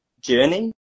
journey